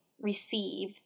receive